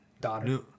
daughter